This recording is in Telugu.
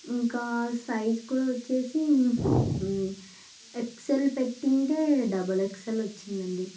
ఇంకా సైజ్ కూడా వచ్చేసి ఎక్సెల్ పెట్టుంటే డబుల్ ఎక్సెల్ వచ్చిందండి